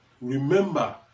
remember